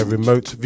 Remote